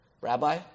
Rabbi